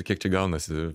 kiek čia gaunasi